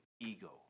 ego